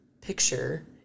picture